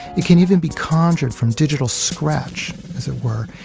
it can even be conjured from digital scratch, as it were,